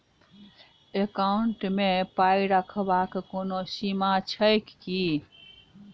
Account मे पाई रखबाक कोनो सीमा छैक की?